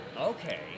okay